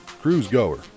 cruise-goer